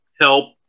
help